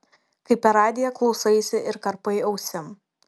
kai per radiją klausaisi ir karpai ausim